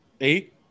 Eight